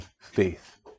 faith